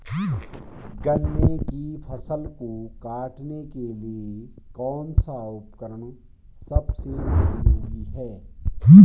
गन्ने की फसल को काटने के लिए कौन सा उपकरण सबसे उपयोगी है?